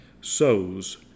sows